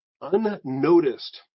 Unnoticed